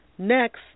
Next